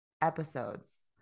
episodes